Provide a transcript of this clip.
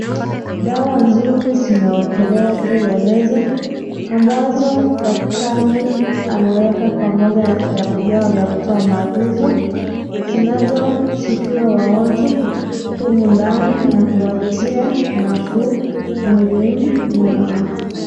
Dawa nzuri zimewekelewa juu ya meza ambapzo daktari ameweka pamoja na vitabu vyao vya kutoa maagizo, zimeweza tibiwa wagonjwa humu ndani na kuwatia nafuu mwilini wao.